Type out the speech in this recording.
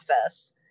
office